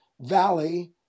valley